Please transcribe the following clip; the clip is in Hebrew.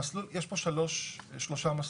המסלול, יש פה שלושה מסלולים.